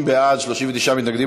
30 בעד, 39 מתנגדים.